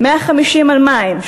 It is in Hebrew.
150 על מים,